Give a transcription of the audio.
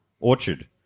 Orchard